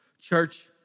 Church